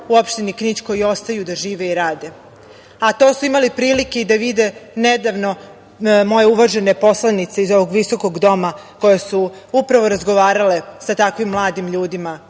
u opštini Knić koji ostaju da žive i rade, a to su imali prilike da vide nedavno moje uvažene poslanice iz ovog visokog doma koje su razgovarale sa takvim mladim ljudima